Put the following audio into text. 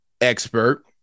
expert